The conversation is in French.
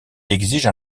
exige